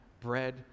bread